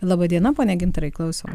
laba diena pone gintarai klausom